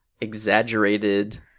exaggerated